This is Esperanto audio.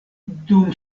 dum